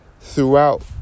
Throughout